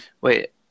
Wait